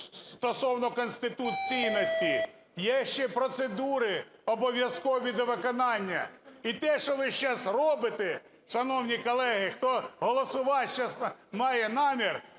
стосовно конституційності є ще процедури, обов'язкові до виконання. І те, що ви зараз робите, шановні колеги, хто голосувати зараз має намір,